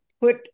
put